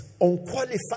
Unqualified